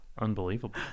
Unbelievable